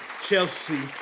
Chelsea